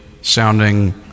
sounding